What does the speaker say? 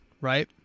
right